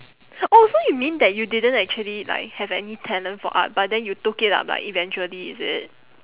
oh so you mean that you didn't actually like have any talent for art but then you took it up lah eventually is it